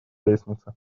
лестнице